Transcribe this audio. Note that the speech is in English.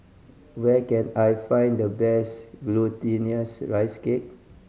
where can I find the best Glutinous Rice Cake